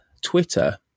Twitter